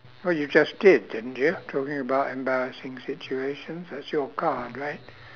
well you just did didn't you talking about embarrassing situations that's your card right